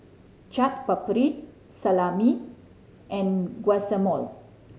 Chaat Papri Salami and Guacamole